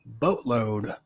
boatload